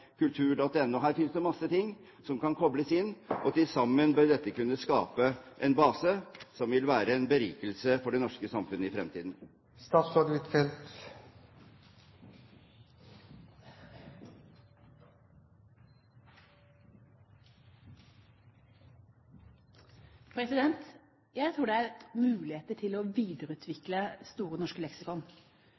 her finnes det mange ting som kan kobles inn – bør til sammen kunne skape en base som vil være en berikelse for det norske samfunn i fremtiden. Jeg tror det er muligheter til å videreutvikle Store norske leksikon,